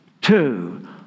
two